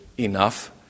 enough